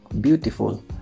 beautiful